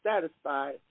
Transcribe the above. satisfied